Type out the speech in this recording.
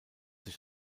sich